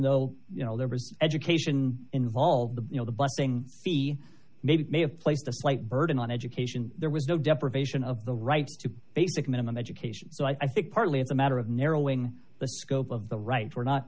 though you know there was education involved you know the busing made may have placed a slight burden on education there was no deprivation of the rights to basic minimum education so i think partly it's a matter of narrowing the scope of the rights we're not